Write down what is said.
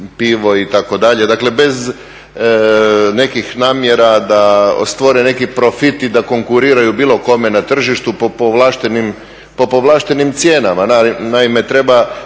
pivo itd. dakle bez nekih namjera da stvore neki profit i da konkuriraju bilo kome na tržištu po povlaštenim cijenama.